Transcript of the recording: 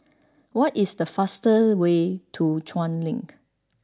what is the fastest way to Chuan Link